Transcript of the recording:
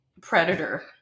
predator